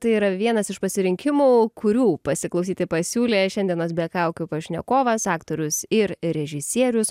tai yra vienas iš pasirinkimų kurių pasiklausyti pasiūlė šiandienos be kaukių pašnekovas aktorius ir režisierius